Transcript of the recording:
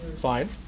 Fine